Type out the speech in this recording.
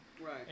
Right